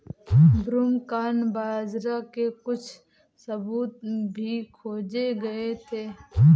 broomcorn बाजरा के कुछ सबूत भी खोजे गए थे